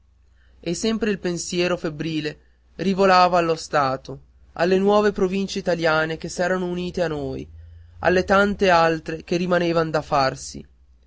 e sempre il suo pensiero febbrile rivolava allo stato alle nuove provincie italiane che s'erano unite a noi alle tante cose che rimanevan da farsi